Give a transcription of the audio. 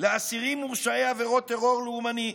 לאסירים מורשעי עבירות טרור לאומני,